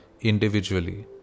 individually